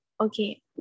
Okay